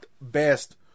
best